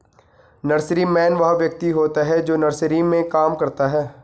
nurseryman वह व्यक्ति होता है जो नर्सरी में काम करता है